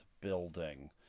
building